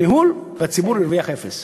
והציבור הרוויח אפס.